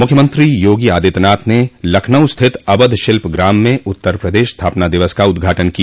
मुख्यमंत्री योगी आदित्यनाथ न लखनऊ स्थित अवध शिल्प ग्राम में उत्तर प्रदेश स्थापना दिवस का उदघाटन किया